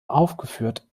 aufgeführt